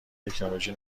تکنولوژی